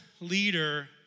leader